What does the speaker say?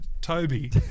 Toby